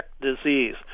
disease